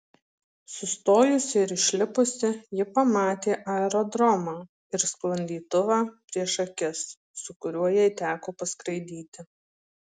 sustojusi ir išlipusi ji pamatė aerodromą ir sklandytuvą prieš akis su kuriuo jai teko paskraidyti